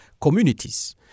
communities